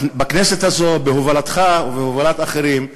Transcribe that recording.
בכנסת הזו, בהובלתך ובהובלת אחרים,